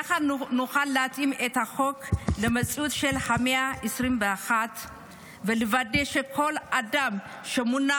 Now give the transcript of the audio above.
יחד נוכל להתאים את החוק למציאות של המאה ה-21 ולוודא שכל אדם שמונה